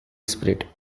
spirit